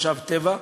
משאב טבע,